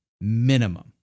Minimum